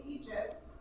Egypt